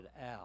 out